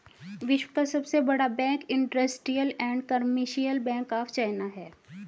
विश्व का सबसे बड़ा bank industrial and commercial bank of China है